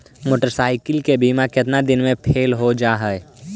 Motorcycle के बिमा केतना दिन मे फेल हो जा है?